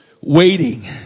Waiting